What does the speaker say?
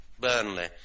Burnley